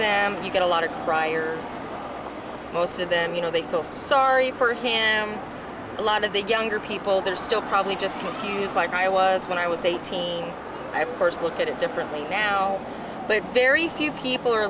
them you get a lot of briars most of them you know they feel sorry for him a lot of the younger people they're still probably just confused like i was when i was eighteen i first look at it differently now but very few people are